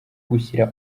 gushyira